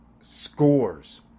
scores